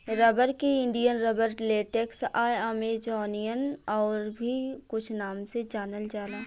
rubber के Indian rubber, latex आ Amazonian आउर भी कुछ नाम से जानल जाला